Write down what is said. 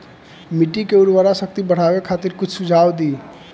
मिट्टी के उर्वरा शक्ति बढ़ावे खातिर कुछ सुझाव दी?